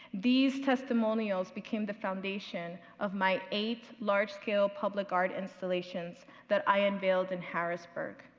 these testimonials became the foundation of my eighth large scale public art installations that i unveiled in harrisburg.